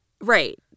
Right